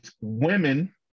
women